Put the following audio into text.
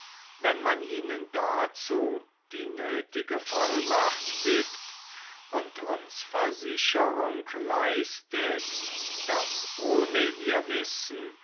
wenn man ihnen dazu die nöthige vollmacht gibt und uns versicherung leistet daß ohne ihr wissen